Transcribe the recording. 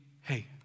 hey